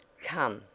come!